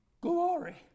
Glory